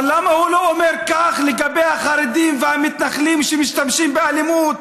אבל למה הוא לא אומר כך לגבי החרדים והמתנחלים שמשתמשים באלימות?